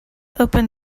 opened